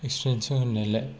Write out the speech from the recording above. experience जों होननायलाय